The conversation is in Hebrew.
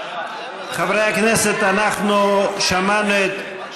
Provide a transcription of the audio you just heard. חברי הכנסת, אנחנו שמענו את, רק שנייה.